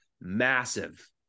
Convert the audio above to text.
massive